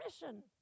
mission